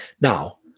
Now